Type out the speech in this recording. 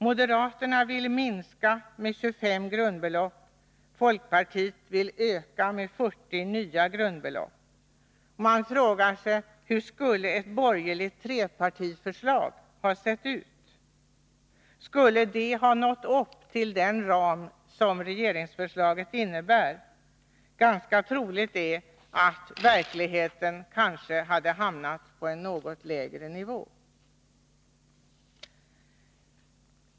Moderaterna vill minska anslaget med 25 grundbelopp, medan folkpartiet vill öka det med 40 nya grundbelopp. Man frågar sig: Hur skulle ett borgerligt trepartiförslag ha sett ut? Skulle det ha nått upp till den ram som regeringsförslaget innebär? Ganska troligt är att man i verkligheten hade hamnat på en något lägre nivå.